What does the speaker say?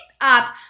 up